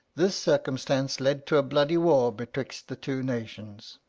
this circumstance led to a bloody war betwixt the two nations.